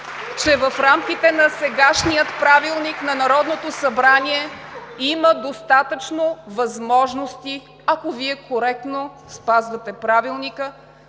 че в рамките на сегашния Правилник на Народното събрание има достатъчно възможности, ако Вие коректно спазвате Правилника,